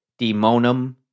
Demonum